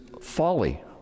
folly